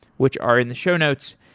which are in the show notes.